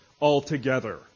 altogether